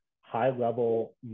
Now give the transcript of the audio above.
high-level